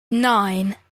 nine